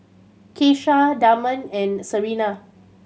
Keesha Damond and Serena